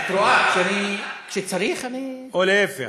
את רואה, כשאני, כשצריך, אני, או להפך.